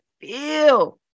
feel